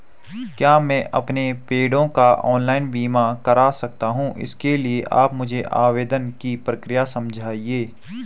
क्या मैं अपने पेड़ों का ऑनलाइन बीमा करा सकता हूँ इसके लिए आप मुझे आवेदन की प्रक्रिया समझाइए?